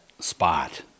spot